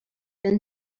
been